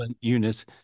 Eunice